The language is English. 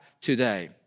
today